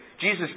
Jesus